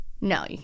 no